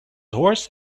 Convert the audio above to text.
horse